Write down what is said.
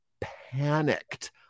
panicked